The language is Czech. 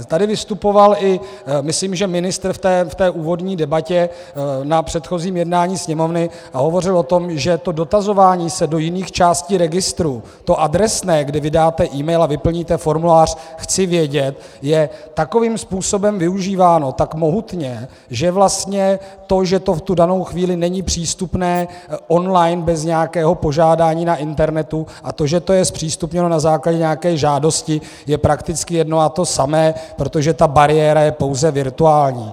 Tady vystupoval i, myslím, ministr v té úvodní debatě na předchozím jednání Sněmovny a hovořil o tom, že to dotazování se do jiných částí registru, to adresné, kdy vy dáte email a vyplníte formulář, chci vědět, je takovým způsobem využíváno, tak mohutně, že vlastně to, že to v tu danou chvíli není přístupné online bez nějakého požádání na internetu, a to, že to je zpřístupněno na základě nějaké žádosti, je prakticky jedno a to samé, protože ta bariéra je pouze virtuální.